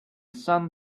sun